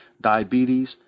diabetes